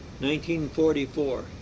1944